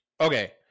Okay